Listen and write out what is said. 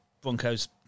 Bronco's